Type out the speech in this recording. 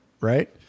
right